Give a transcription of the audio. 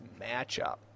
matchup